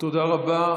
תודה רבה.